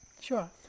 Sure